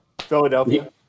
Philadelphia